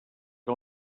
que